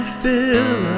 fill